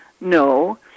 no